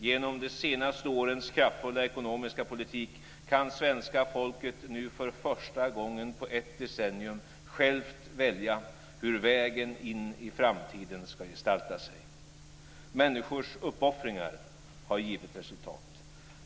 Genom de senaste årens kraftfulla ekonomiska politik kan svenska folket nu för första gången på ett decennium självt välja hur vägen in i framtiden ska gestalta sig. Människors uppoffringar har givit resultat.